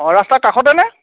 অঁ ৰাস্তাৰ কাষতে নে